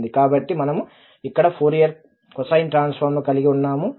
కాబట్టి మనము ఇక్కడ ఫోరియర్ కొసైన్ ట్రాన్సఫార్మ్ ను కలిగి ఉన్నాము